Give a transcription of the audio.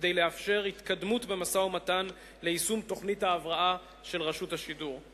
כדי לאפשר התקדמות במשא-ומתן ליישום תוכנית ההבראה של רשות השידור.